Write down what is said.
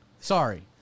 Sorry